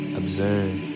observe